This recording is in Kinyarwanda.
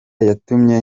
yatumye